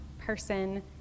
person